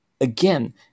again